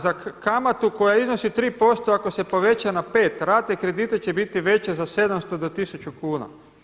Za kamatu koja iznosi 3% ako se poveća na 5 rate kredita će biti veće za 700 do 1000 kuna.